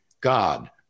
God